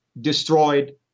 destroyed